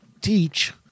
teach